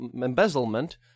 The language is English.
embezzlement